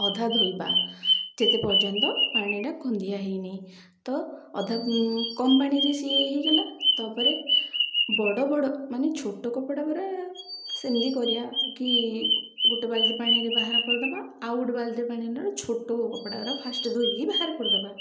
ଅଧା ଧୋଇବା ଯେତେ ପର୍ଯ୍ୟନ୍ତ ପାଣିଟା ଗନ୍ଧିଆ ହୋଇନି ତ ଅଧା କମ୍ ପାଣିରେ ସିଏ ହୋଇଗଲା ତା'ପରେ ବଡ଼ ବଡ଼ ମାନେ ଛୋଟ କପଡ଼ା ପରା ସେମିତି କରିବା କି ଗୋଟେ ବାଲ୍ଟି ପାଣିରେ ବାହାର କରିଦେବା ଆଉଟ ବାଲ୍ ପାଣି ଛୋଟ କପଡ଼ାଗୁଡ଼ା ଫାଷ୍ଟ ଧୋଇକି ବାହାର କରିଦେବା